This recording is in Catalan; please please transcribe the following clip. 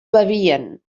bevien